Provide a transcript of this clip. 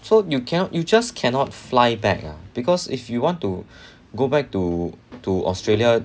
so you cannot you just cannot fly back ah because if you want to go back to to australia